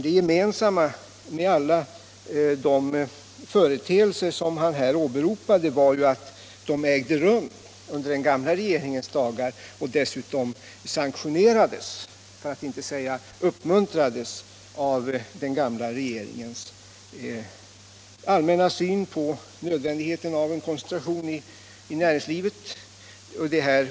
Det gemensamma för alla de företeelser som han åberopade var att de ägde rum under den gamla regeringens dagar och dessutom sanktionerades, för att inte säga uppmuntrades, av den gamla regeringens allmänna syn på nödvändigheten av en koncen tration i näringslivet.